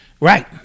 Right